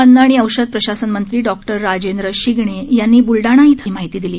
अन्न आणि औषध प्रशासन मंत्री डॉक्टर राजेंद्र शिगणे यांनी ब्लडाणा इथं आज ही माहिती दिली